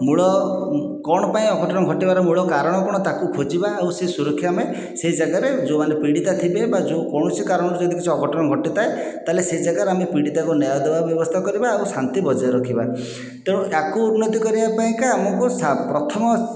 ମୂଳ କ'ଣ ପାଇଁ ଅଘଟଣ ଘଟିବାର ମୂଳ କାରଣ କ'ଣ ତାକୁ ଖୋଜିବା ଆଉ ସେ ସୁରକ୍ଷା ଆମେ ସେହି ଯାଗାରେ ଯେଉଁମାନେ ପୀଡ଼ିତା ଥିବେ ବା କୌଣସି କାରଣରୁ କିଛି ଅଘଟଣ ଘଟିଥାଏ ତା'ହେଲେ ସେ ଯାଗାରେ ଆମେ ପୀଡ଼ିତାଙ୍କୁ ନ୍ୟାୟ ଦେବାର ବ୍ୟବସ୍ଥା କରିବା ଆଉ ଶାନ୍ତି ବଜାୟ ରଖିବା ତେଣୁ ଆକୁ ଉନ୍ନତି କରିବା ପାଇଁକା ଆମକୁ ପ୍ରଥମେ